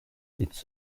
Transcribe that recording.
its